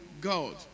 God